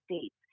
states